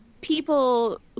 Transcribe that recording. People